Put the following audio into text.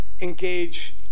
Engage